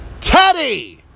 Teddy